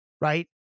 right